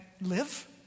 live